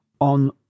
on